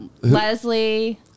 Leslie